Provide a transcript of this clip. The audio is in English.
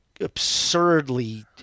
absurdly